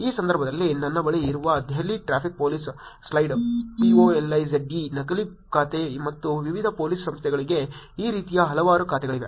ಈ ಸಂದರ್ಭದಲ್ಲಿ ನನ್ನ ಬಳಿ ಇರುವ Delhi traffic police slide p o l i z e ನಕಲಿ ಖಾತೆ ಮತ್ತು ವಿವಿಧ ಪೊಲೀಸ್ ಸಂಸ್ಥೆಗಳಿಗೆ ಈ ರೀತಿಯ ಹಲವಾರು ಖಾತೆಗಳಿವೆ